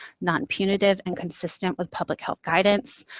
non-punitive, and consistent with public health guidance.